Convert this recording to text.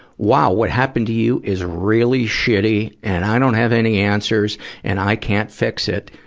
wow, what happened to you is really shitty, and i don't have any answers and i can't fix it.